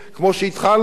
כמו שהתחלנו,